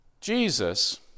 Jesus